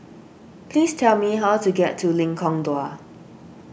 please tell me how to get to Lengkong Dua